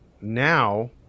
now